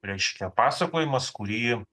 reiškia pasakojimas kurį